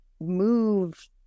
move